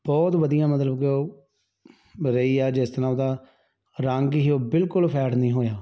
ਬਹੁਤ ਵਧੀਆ ਮਤਲਬ ਕਿ ਉਹ ਰਹੀ ਆ ਜਿਸ ਤਰ੍ਹਾਂ ਉਹਦਾ ਰੰਗ ਸੀ ਉਹ ਬਿਲਕੁਲ ਫੈਡ ਨਹੀਂ ਹੋਇਆ